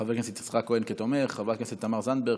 חבר הכנסת יצחק כהן כתומך ואת חברת הכנסת תמר זנדברג,